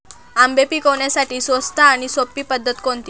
आंबे पिकवण्यासाठी स्वस्त आणि सोपी पद्धत कोणती?